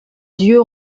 dieu